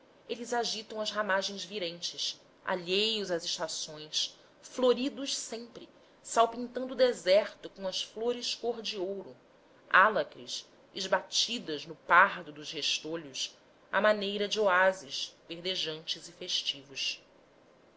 eles agitam as ramagens virentes alheios às estações floridos sempre salpintando o deserto com as flores cor de ouro álacres esbatidas no pardo dos restolhos à maneira de oásis verdejantes e festivos